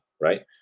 Right